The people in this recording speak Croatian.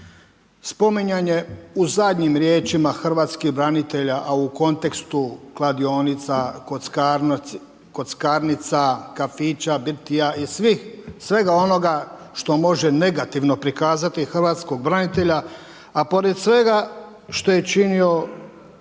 Spominjanje u zadnjim riječima hrvatskih branitelja, a u kontekstu kladionica, kockarnica, kafića, birtija i svega onoga što može negativno prikazati hrvatskog branitelja, a pored svega što je činio u vrijeme